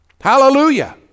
Hallelujah